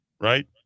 right